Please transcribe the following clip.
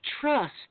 trust